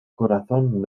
corazón